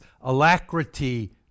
alacrity